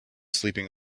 sleeping